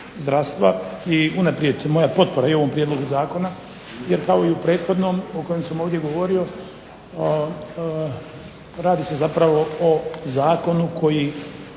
unaprijed i moja potpora ovom prijedlogu zakona jer kao i u prethodnom o kojem sam ovdje govorio radi se zapravo o zakonu koji